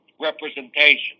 representation